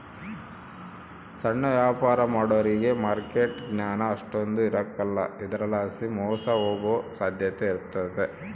ಸಣ್ಣ ವ್ಯಾಪಾರ ಮಾಡೋರಿಗೆ ಮಾರ್ಕೆಟ್ ಜ್ಞಾನ ಅಷ್ಟಕೊಂದ್ ಇರಕಲ್ಲ ಇದರಲಾಸಿ ಮೋಸ ಹೋಗೋ ಸಾಧ್ಯತೆ ಇರ್ತತೆ